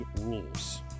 rules